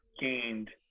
gained